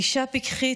אישה פיקחית,